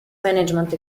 management